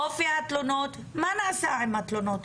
אופי התלונות, מה נעשה עם התלונות האלה?